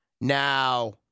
Now